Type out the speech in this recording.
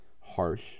harsh